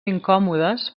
incòmodes